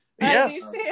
Yes